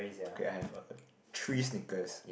okay I have uh three sneakers